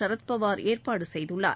சரத்பவார் ஏற்பாடு செய்துள்ளார்